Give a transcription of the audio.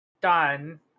done